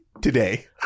today